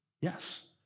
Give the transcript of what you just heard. yes